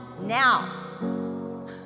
now